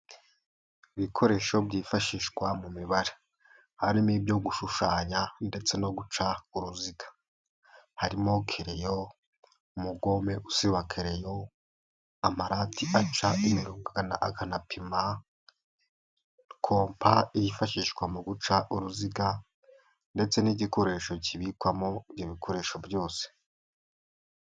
Ibikoresho byifashishwa mu mibare, harimo ibyo gushushanya ndetse no guca uruziga, harimo kereyo, umugome usiba kereyo, amarati aca imirongo akanapima, kompa yifashishwa mu guca uruziga ndetse n'igikoresho kibikwamo ibyo bikoresho byose.